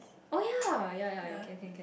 oh ya ya ya ya can can can